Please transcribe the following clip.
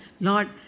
Lord